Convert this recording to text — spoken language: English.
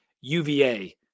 UVA